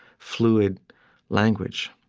fluid language.